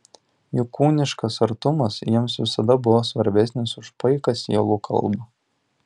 juk kūniškas artumas jiems visada buvo svarbesnis už paiką sielų kalbą